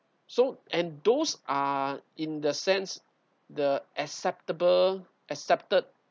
so and those are in the sense the acceptable accepted